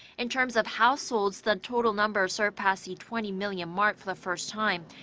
in terms of households. the total number surpassed the twenty million mark for the first time.